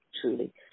truly